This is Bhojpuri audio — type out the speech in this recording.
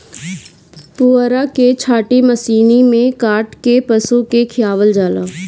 पुअरा के छाटी मशीनी में काट के पशु के खियावल जाला